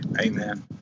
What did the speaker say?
Amen